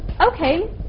Okay